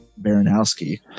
Baranowski